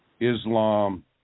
Islam